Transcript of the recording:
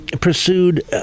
pursued